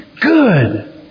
good